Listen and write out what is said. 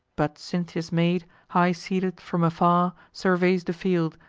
but cynthia's maid, high seated, from afar surveys the field,